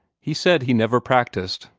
he said he never practised,